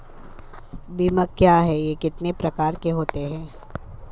बीमा क्या है यह कितने प्रकार के होते हैं?